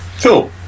Cool